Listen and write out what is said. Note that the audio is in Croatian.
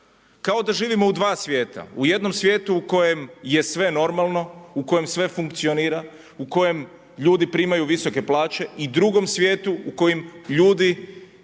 Kao da živimo u dva svijeta. U jednom svijetu u kojem je sve normalno u kojem sve funkcionira, u kojem ljudi primaju visoke plaće i drugom svijetu u kojem ljudi